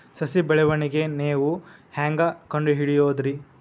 ಸಸಿ ಬೆಳವಣಿಗೆ ನೇವು ಹ್ಯಾಂಗ ಕಂಡುಹಿಡಿಯೋದರಿ?